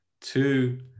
Two